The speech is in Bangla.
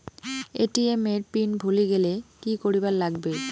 এ.টি.এম এর পিন ভুলি গেলে কি করিবার লাগবে?